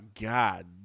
God